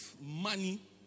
money